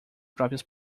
próprias